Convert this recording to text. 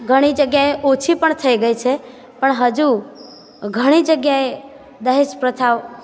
ઘણી જગ્યાએ ઓછી પણ થઈ ગઈ છે પણ હજુ ઘણી જગ્યાએ દહેજ પ્રથાઓ